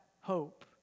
hope